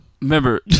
Remember